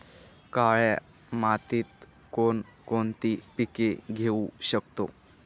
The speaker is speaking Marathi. काळ्या मातीत कोणकोणती पिके घेऊ शकतो?